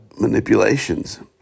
manipulations